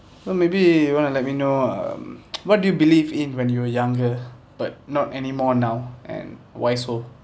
so maybe you want to let me know um what do you believe in when you were younger but not any more now and why so